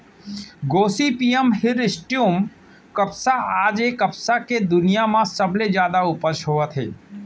Gossypium hirsutum कपसा आज ए कपसा के दुनिया म सबले जादा उपज होवत हे